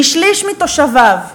משליש מתושביו,